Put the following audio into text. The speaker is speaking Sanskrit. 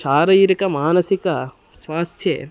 शारीरिकमानसिकस्वास्थ्ये